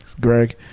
Greg